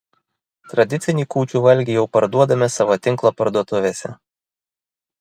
tradicinį kūčių valgį jau parduodame savo tinklo parduotuvėse